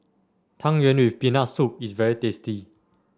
Tang Yuen with Peanut Soup is very tasty